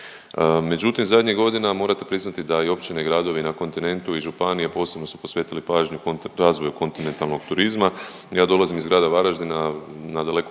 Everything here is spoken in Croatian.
Međutim zadnjih godina morate priznati da i općine i gradovi na kontinentu i županije posebno su posvetili pažnju razvoju kontinentalnog turizma. Ja dolazim iz grada Varaždina, nadaleko